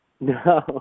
No